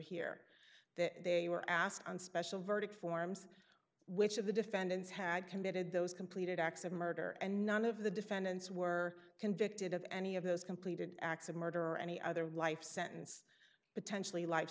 here that they were asked on special verdict forms which of the defendants had committed those completed acts of murder and none of the defendants were convicted of any of those completed acts of murder or any other life sentence potentially life